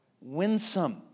winsome